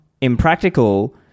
impractical